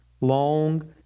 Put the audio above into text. Long